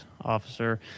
officer